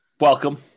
welcome